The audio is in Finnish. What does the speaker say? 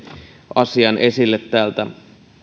asian esille täältä